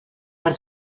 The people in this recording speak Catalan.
per